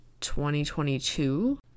2022